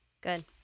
Good